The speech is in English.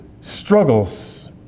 struggles